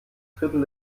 drittel